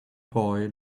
boy